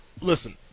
listen